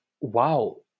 wow